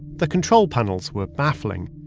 the control panels were baffling.